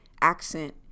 accent